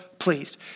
pleased